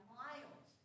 miles